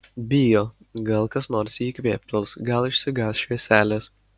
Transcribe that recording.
bijo gal kas nors į jį kvėptels gal išsigąs švieselės